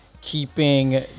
keeping